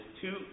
two